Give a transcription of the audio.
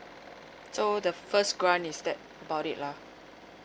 so the first grant is that about it lah